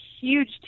huge